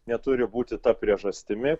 neturi būti ta priežastimi